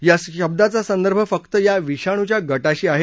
या शब्दाचा संदर्भ फक्त या विषाणूच्या गटाशी आहे